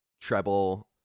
Treble